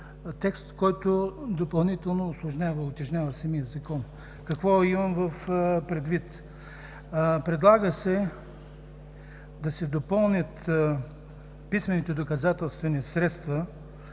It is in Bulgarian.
текст, който допълнително усложнява и утежнява самия Закон. Какво имам предвид? Предлага се да се допълнят писмените доказателствени средства